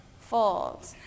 fold